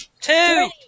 Two